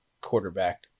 quarterback